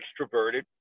extroverted